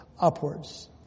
upwards